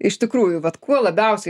iš tikrųjų vat kuo labiausiai